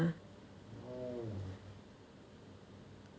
oh